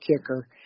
kicker